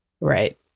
Right